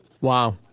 Wow